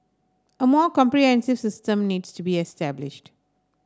a more comprehensive system needs to be established